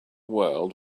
world